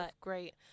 great